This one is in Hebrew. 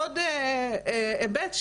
עוד היבט,